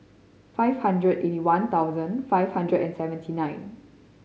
five hundred and eighty one thousand five hundred and seventy nine